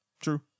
True